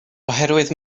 oherwydd